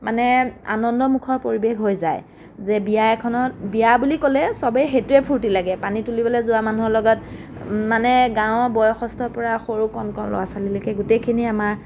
মানে আনন্দমুখৰ পৰিৱেশ হৈ যায় যে বিয়া এখনত বিয়া বুলি ক'লে চবে সেইটোৱে ফূৰ্তি লাগে পানী তুলিবলে যোৱা মানুহৰ লগত মানে গাঁৱৰ বয়সস্থ পৰা সৰু কণ কণ ল'ৰা ছোৱালীলৈকে গোটেইখিনি আমাৰ